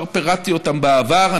כבר פירטתי אותם בעבר,